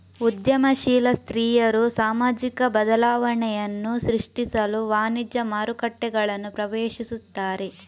ಉದ್ಯಮಶೀಲ ಸ್ತ್ರೀಯರು ಸಾಮಾಜಿಕ ಬದಲಾವಣೆಯನ್ನು ಸೃಷ್ಟಿಸಲು ವಾಣಿಜ್ಯ ಮಾರುಕಟ್ಟೆಗಳನ್ನು ಪ್ರವೇಶಿಸುತ್ತಾರೆ